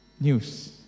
news